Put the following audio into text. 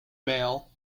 mail